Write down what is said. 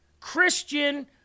Christian